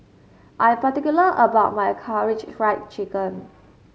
I'm particular about my Karaage Fried Chicken